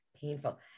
painful